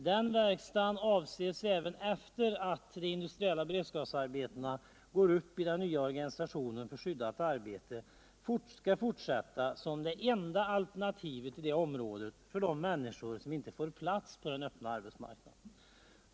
Den verkstaden avses även efter det att de industriella beredskapsarbetena går upp i den nya organisationen för skyddat arbete bli använd som det enda alternativet i det området för de människor som inte får plats på den öppna arbetsmarknaden.